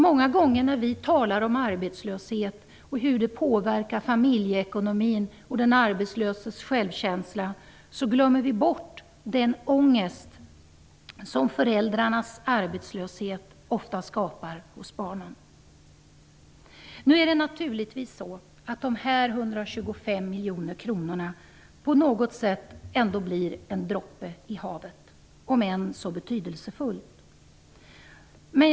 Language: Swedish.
Många gånger när vi talar om arbetslöshet och om hur det påverkar familjeekonomin och den arbetslöses självkänsla glömmer vi bort den ångest som föräldrarnas arbetslöshet ofta skapar hos barnen. De 125 miljoner kronorna blir på något sätt ändå bara en droppe i havet - om än en betydelsefull sådan.